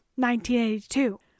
1982